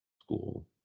school